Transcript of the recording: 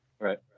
Right